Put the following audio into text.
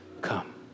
come